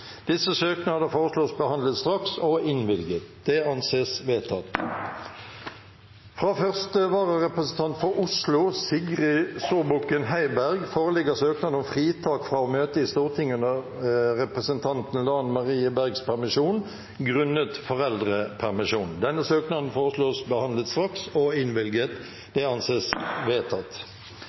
Disse søknader foreslås behandlet straks og innvilget. – Det anses vedtatt. Fra første vararepresentant for Oslo, Sigrid Zurbuchen Heiberg , foreligger søknad om fritak fra å møte i Stortinget under representanten Lan Marie Nguyen Bergs permisjon, grunnet foreldrepermisjon.